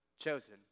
Chosen